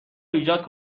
ایجاد